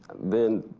then,